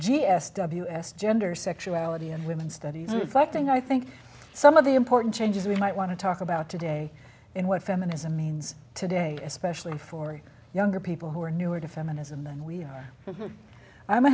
g s w s gender sexuality and women's studies reflecting i think some of the important changes we might want to talk about today in what feminism means today especially for younger people who are newer to feminism than we are i'm